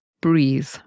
breathe